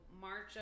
march